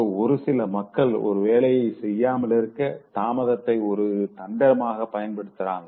so ஒருசில மக்கள் ஒரு வேலைய செய்யாமலிருக்க தாமதத்தை ஒரு தந்திரமாக பயன்படுத்துறாங்க